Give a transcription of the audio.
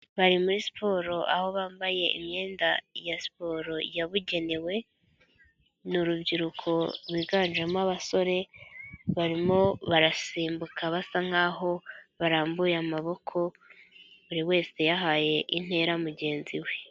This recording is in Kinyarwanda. Bari muri siporo aho bambaye imyenda ya siporo yabugenewe. Ni urubyiruko rwiganjemo abasore, barimo barasimbuka basa nkaho, barambuye amaboko, buri wese yahaye intera mugenzi we,